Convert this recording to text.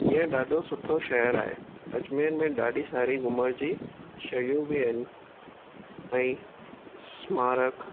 इअं ॾाढो सुठो शहर आहे अजमेर में ॾाढी सारी घुमण जी शयूं बि आहिनि ऐं स्मारक